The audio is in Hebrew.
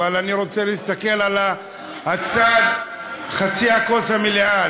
אבל אני רוצה להסתכל על הצד של חצי הכוס המלאה,